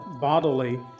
bodily